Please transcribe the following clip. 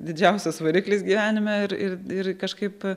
didžiausias variklis gyvenime ir ir ir kažkaip